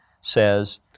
says